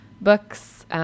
books